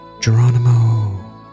Geronimo